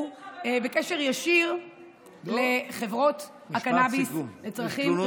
הוא בקשר ישיר לחברות הקנביס לצרכים רפואיים.